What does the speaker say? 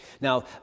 Now